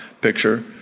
picture